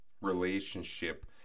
relationship